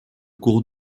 cours